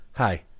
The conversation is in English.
Hi